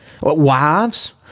Wives